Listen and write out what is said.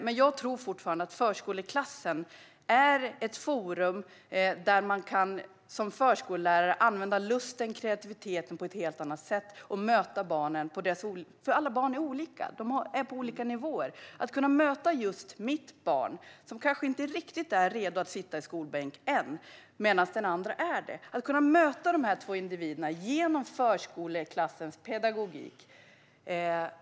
Men jag tror fortfarande att förskoleklassen är ett forum där man som förskollärare kan använda lusten och kreativiteten på ett helt annat sätt för att möta barnen, eftersom alla barn är olika. De är på olika nivåer. Det handlar om att kunna möta ett visst barn som kanske inte är riktigt redo att sitta i skolbänken än, medan ett annat barn är det. Det är mycket viktigt att kunna möta dessa två individer med förskoleklassens pedagogik.